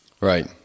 Right